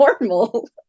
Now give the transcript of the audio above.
normal